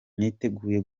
niteguye